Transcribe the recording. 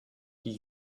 die